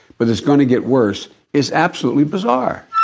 but it's going to get worse is absolutely bizarre